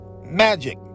magic